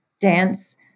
dance